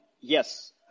yes